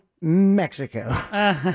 Mexico